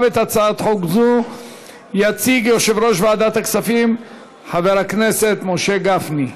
גם את הצעת החוק הזאת יציג יושב-ראש ועדת הכספים חבר הכנסת משה גפני.